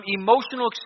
emotional